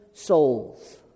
souls